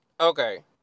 Okay